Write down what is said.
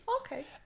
Okay